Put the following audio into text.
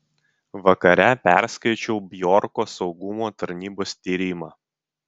vakare perskaičiau bjorko saugumo tarnybos tyrimą